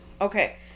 Okay